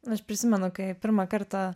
aš prisimenu kaip pirmą kartą